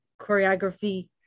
choreography